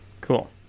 Cool